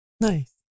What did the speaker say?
Nice